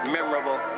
Memorable